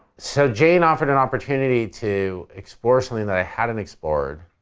so, jane offered an opportunity to explore something that i hadn't explored,